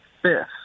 fifth